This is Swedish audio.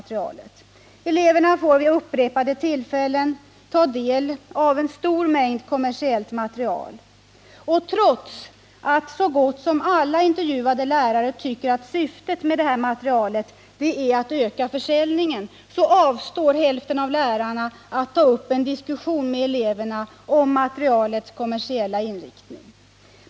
Eleverna får vid upprepade tillfällen ta del av en stor mängd kommersiellt material. Och trots att så gott som alla intervjuade lärare anser att syftet med detta material är att öka försäljningen, avstår hälften av lärarna från att ta upp en diskussion med eleverna om materialets kommersiella inriktning.